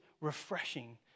refreshing